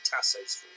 tassos